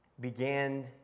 Began